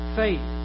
faith